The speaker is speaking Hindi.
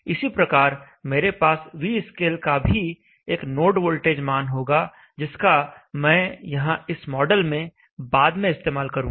इसी प्रकार मेरे पास Vscale का भी एक नोड वोल्टेज मान होगा जिसका मैं यहां इस मॉडल में बाद में इस्तेमाल करूंगा